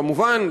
כמובן,